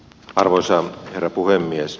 arvoisa herra puhemies